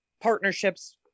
partnerships